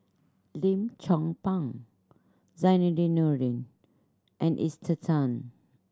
Lim Chong Pang Zainudin Nordin and Esther Tan